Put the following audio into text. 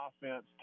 offense